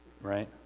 right